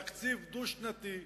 תקציב דו-שנתי,